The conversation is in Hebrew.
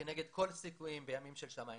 כנגד כל הסיכויים בימים של שמים סגורים.